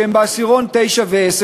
שהם בעשירונים 9 ו-10,